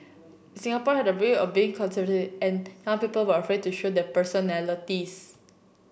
Singapore had a rep of being and young people were afraid to show their personalities